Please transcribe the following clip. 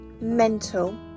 mental